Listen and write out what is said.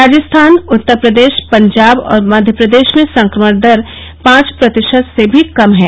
राजस्थान उत्तरप्रदेश पंजाब और मध्यप्रदेश में संक्रमण दर पांच प्रतिशत से भी कम है